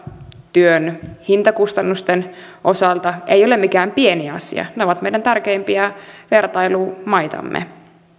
työn hintakustannusten osalta ei ole mikään pieni asia ne ovat meidän tärkeimpiä vertailumaitamme